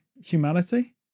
humanity